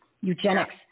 eugenics